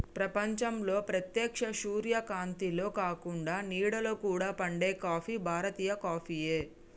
ప్రపంచంలో ప్రేత్యక్ష సూర్యకాంతిలో కాకుండ నీడలో కూడా పండే కాఫీ భారతీయ కాఫీయే